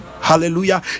hallelujah